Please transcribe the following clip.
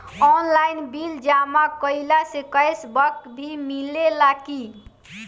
Online bill जमा कईला से कैश बक भी मिलेला की?